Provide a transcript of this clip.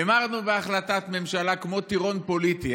המרנו בהחלטת ממשלה, הייתי כמו טירון פוליטי,